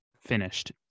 finished